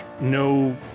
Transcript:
no